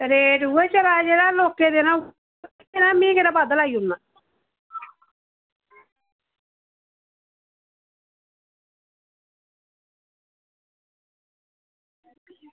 rate उ'ऐ चला दा जेह्ड़ा लोकें में केह्ड़ा बद्ध लाई ओड़ना